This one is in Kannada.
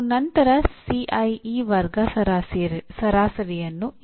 ಅವರು ಪರಸ್ಪರ ಹೊಂದಾಣಿಕೆ ಹೊಂದಿರಬೇಕು